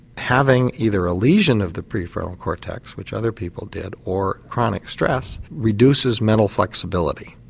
having either a lesion of the prefrontal cortex which other people did, or chronic stress, reduces mental flexibility.